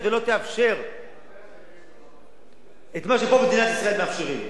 ולא תאפשר את מה שפה במדינת ישראל מאפשרים.